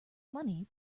money